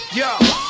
yo